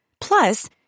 Plus